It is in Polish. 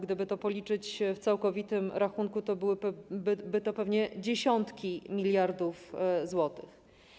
Gdyby to policzyć w całkowitym rachunku, byłyby to pewnie dziesiątki miliardów złotych.